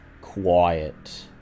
quiet